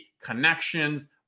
connections